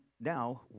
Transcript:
Now